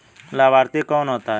लाभार्थी कौन होता है?